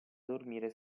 dormire